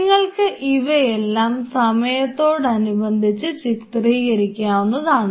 നിങ്ങൾക്ക് ഇവയെല്ലാം സമയത്തോട് അനുബന്ധിച്ച് ചിത്രീകരിക്കാവുന്നതാണ്